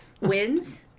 wins